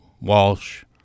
Walsh